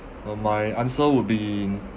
uh my answer would be